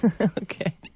okay